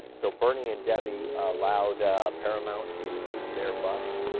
so, bernie and debbie allowed paramount to use their bus